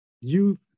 youth